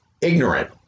ignorant